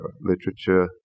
literature